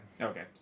okay